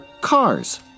cars